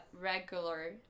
regular